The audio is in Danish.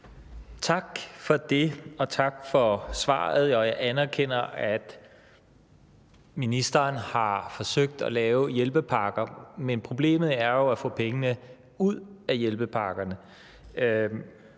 Tak for det, og tak for svaret. Jeg anerkender, at ministeren har forsøgt at lave hjælpepakker, men problemet er jo at få pengene ud af hjælpepakkerne.